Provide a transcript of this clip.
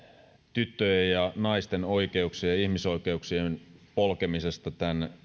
tyttöjen ja naisten oikeuksien ja ihmisoikeuksien polkemisesta